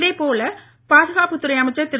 இதே போல் பாதுகாப்புத்துறை அமைச்சர் திரு